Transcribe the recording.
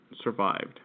survived